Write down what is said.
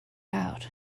out